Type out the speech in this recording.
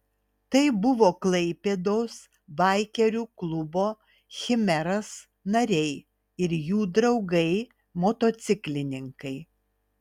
tai buvo klaipėdos baikerių klubo chimeras nariai ir jų draugai motociklininkai